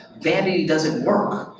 vanity doesn't work.